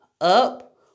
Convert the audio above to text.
up